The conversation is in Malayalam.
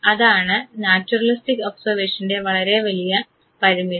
അതാണ് നാച്ചുറലിസ്റ്റിക് ഒബ്സർവേഷവേഷൻറെ വളരെ വലിയ പരിമിതി